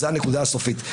וזאת הנקודה הסופית.